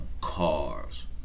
cars